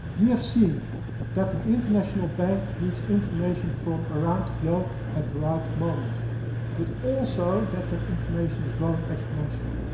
we have seen that an international bank needs information from around the globe at the right moments but also that that information is growing exponentially.